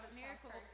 miracle